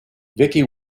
vicky